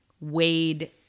wade